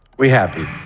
we happy.